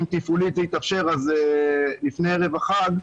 אם זה יתאפשר תפעולית, לפני ערב החג,